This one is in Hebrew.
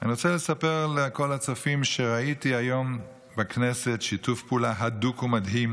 אני רוצה לספר לכל הצופים שראיתי היום בכנסת שיתוף פעולה הדוק ומדהים